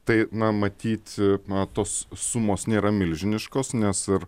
tai na matyt na tos sumos nėra milžiniškos nes ir